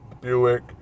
Buick